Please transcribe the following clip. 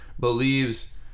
Believes